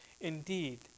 Indeed